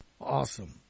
Awesome